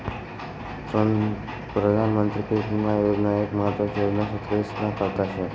प्रधानमंत्री पीक विमा योजना एक महत्वानी योजना शेतकरीस्ना करता शे